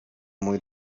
mój